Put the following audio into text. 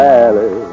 Valley